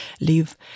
live